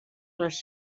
les